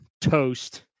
toast